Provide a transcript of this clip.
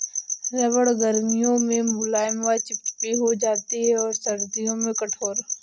रबड़ गर्मियों में मुलायम व चिपचिपी हो जाती है और सर्दियों में कठोर